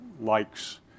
likes